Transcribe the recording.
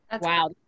Wow